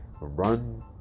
Run